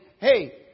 hey